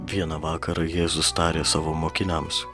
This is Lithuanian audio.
vieną vakarą jėzus tarė savo mokiniams